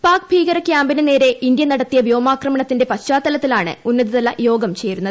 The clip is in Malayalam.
പാക് ഭീകര കൃാമ്പിന് നേരെ ഇന്ത്യ നടത്തിയ വ്യോമാക്രമണത്തിന്റെ പശ്ചാത്തലത്തിലാണ് ഉന്നതതലയോഗം ചേരുന്നത്